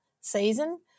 season